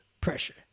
pressure